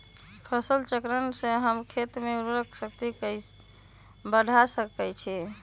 फसल चक्रण से हम खेत के उर्वरक शक्ति बढ़ा सकैछि?